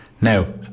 Now